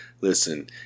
Listen